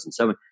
2007